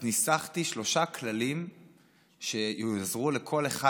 אז ניסחתי שלושה כללים שיעזרו לכל אחד